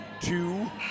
two